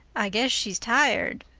i guess she's tired,